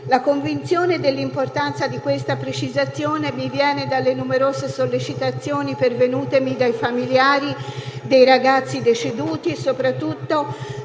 La convinzione dell'importanza di questa precisazione mi viene dalle numerose sollecitazioni pervenutami dai familiari dei ragazzi deceduti e soprattutto